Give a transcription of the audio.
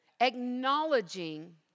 acknowledging